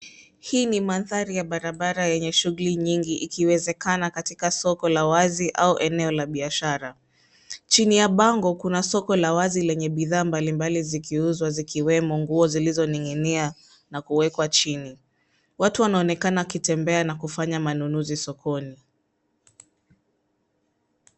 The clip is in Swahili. Hii ni mandhari ya barabara yenye shughuli nyingi ikiwezekana katika soko la wazi au eneo la biashara. Chini ya bango kuna soko la wazi lenye bidhaa mbalimbali zikiuzwa zikiwemo nguo zilizoning'inia na kuwekwa chini. Watu wanaonekana wakitembea na kufanya manunuzi sokoni.